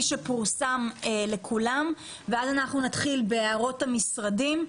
שפורסם לכולם ואז נתחיל בהערות המשרדים.